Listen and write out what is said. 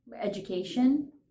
education